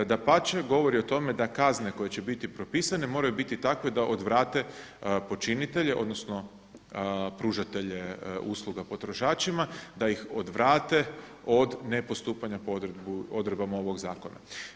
Dapače, govori o tome da kazne koje će biti propisane moraju biti takve da odvrate počinitelje odnosno pružatelje usluga potrošačima, da ih odvrate od nepostupanja po odredbama ovog zakona.